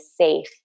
safe